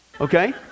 okay